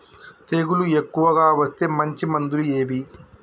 తెగులు ఎక్కువగా వస్తే మంచి మందులు ఏవి?